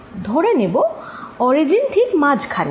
ধরে নেব অরিজিন ঠিক মাঝখানে